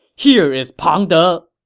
here is pang de!